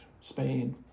Spain